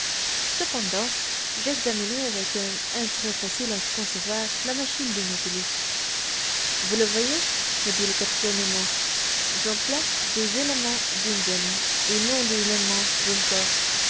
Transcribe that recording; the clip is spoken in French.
cependant j'examinais avec un intérêt facile à concevoir la machine du nautilus vous le voyez me dit le capitaine nemo j'emploie des éléments bunzen et non des éléments